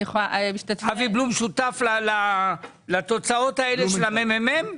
אבי בלומנטל שותף לתוצאות האלה של הממ"מ?